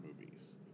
movies